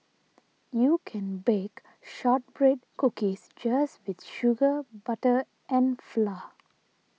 you can bake Shortbread Cookies just with sugar butter and flour